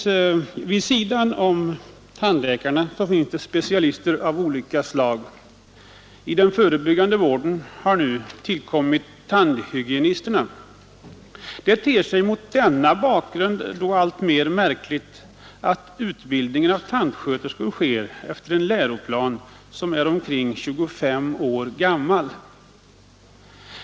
Vid sidan av tandläkarna finns det specialister av olika slag. I den förebyggande vården har nu tillkommit tandhygienisterna. Det ter sig mot den bakgrunden alltmer märkligt att utbildningen av tandsköterskor sker efter en läroplan som är omkring 25 år gammal.